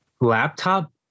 laptop